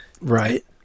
Right